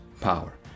power